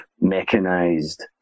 mechanized